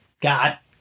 got